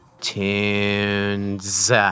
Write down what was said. tunes